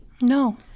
No